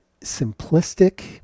simplistic